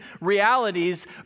realities